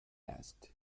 asked